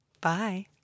Bye